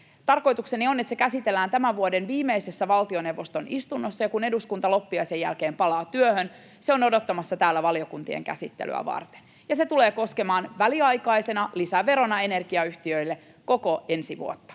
Tarkoitukseni on, että se käsitellään tämän vuoden viimeisessä valtioneuvoston istunnossa, ja kun eduskunta loppiaisen jälkeen palaa työhön, se on odottamassa täällä valiokuntien käsittelyä varten. Se tulee koskemaan väliaikaisena lisäverona energiayhtiöille koko ensi vuotta.